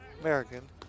American